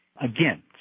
again